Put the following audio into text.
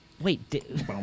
wait